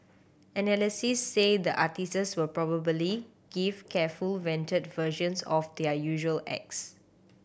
analysts say the artists will probably give careful vetted versions of their usual acts